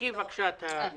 הוא לא